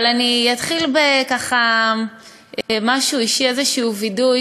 אבל אני אתחיל במשהו אישי, איזשהו וידוי.